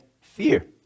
Fear